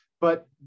But-